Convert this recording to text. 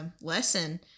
lesson